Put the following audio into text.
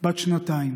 בת השנתיים